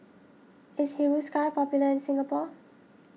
is Hiruscar popular in Singapore